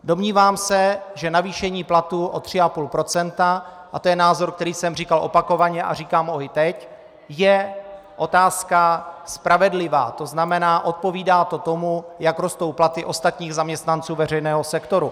Domnívám se, že navýšení platu o 3,5 %, a to je názor, který jsem říkal opakovaně a říkám ho i teď, je otázka spravedlivá, to znamená, odpovídá to tomu, jak rostou platy ostatních zaměstnanců veřejného sektoru.